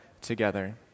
together